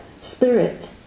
Spirit